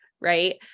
right